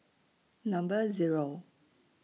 Number Zero